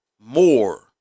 more